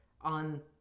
on